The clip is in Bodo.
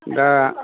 दा